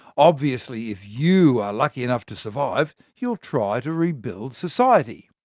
obviously, if you are lucky enough to survive, you'll try to rebuild society.